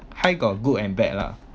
high got good and bad lah